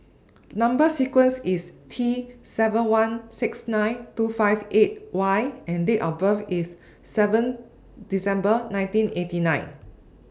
Number sequence IS T seven one six nine two five eight Y and Date of birth IS seven December nineteen eighty nine